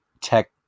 tech